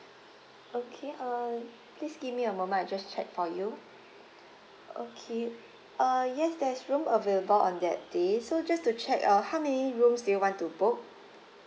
okay uh please give me a moment I just check for you okay uh yes there's room available on that day so just to check uh how many rooms do you want to book